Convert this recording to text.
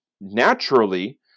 naturally